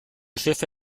schiffe